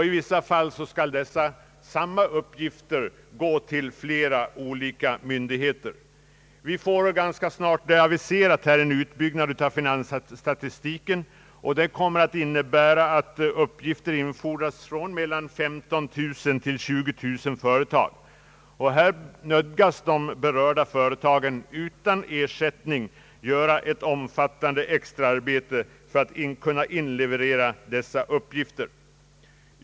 I vissa fall skall samma uppgifter lämnas till flera olika myndigheter. Ganska snart kommer en utbyggnad av finansstatistiken att aviseras, vilket torde innebära att uppgifter infordras från mellan 15 000 och 20 000 företag. Här nödgas de berörda företagen att utan ersättning göra ett omfattande extraarbete för att kunna inleverera dessa uppgifter.